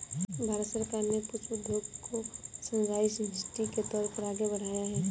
भारत सरकार ने पुष्प उद्योग को सनराइज इंडस्ट्री के तौर पर आगे बढ़ाया है